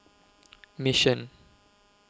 Mission